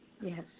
Yes